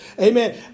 Amen